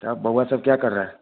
तब बुआ सब क्या कर रहा है